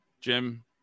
Jim